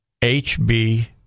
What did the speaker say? HB